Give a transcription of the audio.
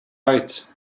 right